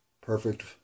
perfect